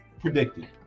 predicted